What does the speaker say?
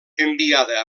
enviada